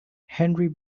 henry